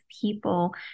people